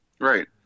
Right